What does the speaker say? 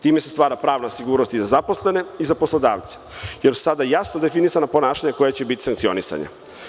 Time se stvara pravna sigurnost i za zaposlene i za poslodavce, jer su sada jasno definisana ponašanja koja će biti sankcionisana.